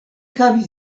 havis